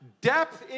depth